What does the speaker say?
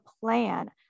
plan